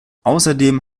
außerdem